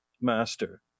master